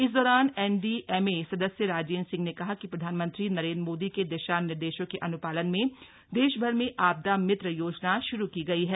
इस दौरान एनडीएमए सदस्य राजेन्द्र सिंह ने कहा कि प्रधानमंत्री नरेन्द्र मोदी के दिशा निर्देशों के अन्पालन में देशभर में आपदा मित्र योजना श्रू की गयी है